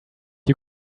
you